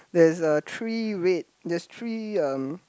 there is a three red there is three um